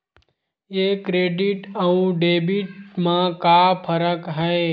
ये क्रेडिट आऊ डेबिट मा का फरक है?